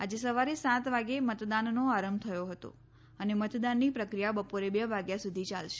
આજે સવારે સાત વાગે મતદાનનો આરંભ થયો હતો અને મતદાનની પ્રક્રિયા બપોરે બે વાગ્યા સુધી ચાલશે